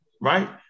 right